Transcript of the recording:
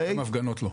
גם הפגנות לא.